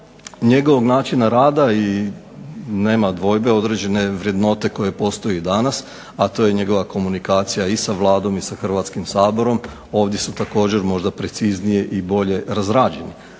njegovog načina rada nema dvojbe, određene vrednote koje postoje i danas, a to je njegova komunikacija i sa Vladom i sa Hrvatskim saborom. Ovdje su također možda preciznije i bolje razrađeni.